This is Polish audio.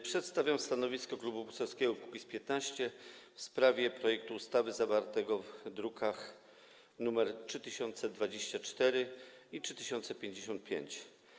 Przedstawiam stanowisko Klubu Poselskiego Kukiz’15 w sprawie projektu ustawy zawartego w drukach nr 3024 i 3055.